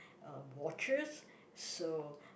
uh watches so